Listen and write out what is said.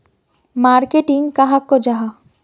Marketing कहाक को जाहा?